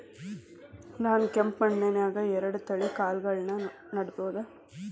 ನಾನ್ ಕೆಂಪ್ ಮಣ್ಣನ್ಯಾಗ್ ಎರಡ್ ತಳಿ ಕಾಳ್ಗಳನ್ನು ನೆಡಬೋದ?